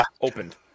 opened